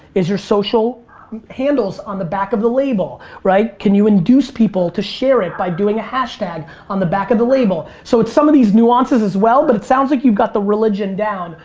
is your social handles on the back of the label, right? can you induce people to share it by doing a hashtag on the back of the label. so, it's some of these nuances, as well, but it sounds like you've got the religion down,